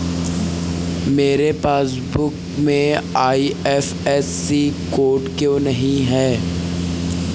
मेरे पासबुक में IFSC code क्यो नहीं है?